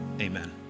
amen